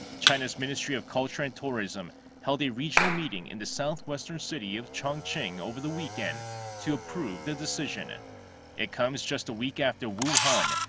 china's ministry of culture and tourism held a regional meeting in the southwestern city of chongqing over the weekend to approve the decision. it it comes just a week after wuhan,